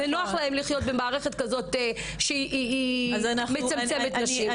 ונוח להם לחיות במערכת כזאת שמצמצמת נשים,